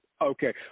Okay